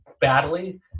badly